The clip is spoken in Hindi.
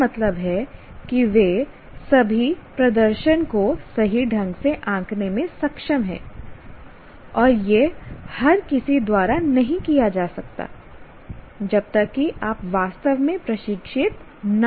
इसका मतलब है कि वे सभी प्रदर्शन को सही ढंग से आंकने में सक्षम हैं और यह हर किसी द्वारा नहीं किया जा सकता जब तक कि आप वास्तव में प्रशिक्षित न हों